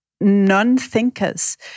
non-thinkers